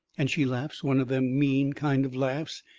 and she laughs one of them mean kind of laughs,